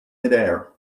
midair